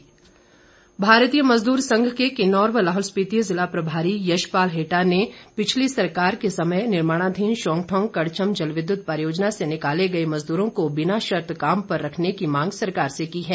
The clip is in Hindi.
मजदूर संघ भारतीय मजदूर संघ के किन्नौर व लाहौल स्पीति जिला प्रभारी यशपाल हेटा ने पिछली सरकार के समय निर्माणाधीन शोंगठोग कड़छम जलविद्युत परियोजना से निकाले गए मजदूरों को बिना शर्त काम पर रखने की मांग सरकार से की है